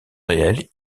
réelles